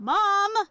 Mom